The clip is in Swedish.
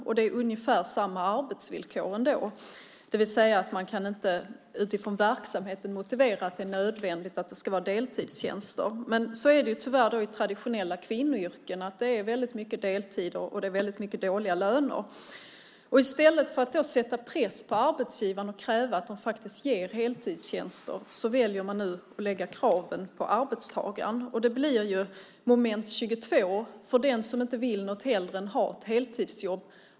Det är ändå ungefär samma arbetsvillkor, det vill säga att man utifrån verksamheten inte kan motivera att det är nödvändigt med deltidstjänster. Så är det tyvärr i traditionella kvinnoyrken. Där är det väldigt mycket deltider och väldigt ofta dåliga löner. I stället för att sätta press på arbetsgivaren och kräva heltidstjänster väljer man nu att lägga kraven på arbetstagaren. Det blir ett moment 22 för den som inte vill någonting hellre än att ha ett heltidsjobb.